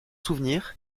souvenirs